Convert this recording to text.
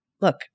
Look